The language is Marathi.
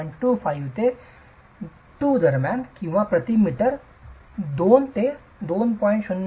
25 ते 2 दरम्यान किंवा प्रति मीटर प्रति चौरस 2 2